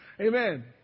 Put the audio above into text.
Amen